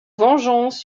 vengeance